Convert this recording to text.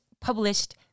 published